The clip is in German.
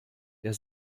der